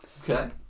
Okay